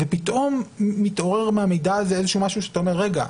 ופתאום מתעורר עם המידע הזה משהו שאתה אומר: רגע,